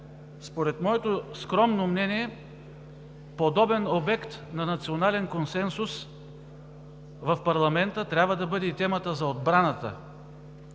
Според моето скромно мнение подобен обект на национален консенсус в парламента трябва да бъде и темата за отбраната.